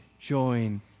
join